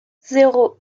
zéro